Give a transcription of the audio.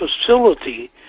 facility